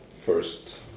first